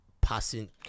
passing